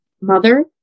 mother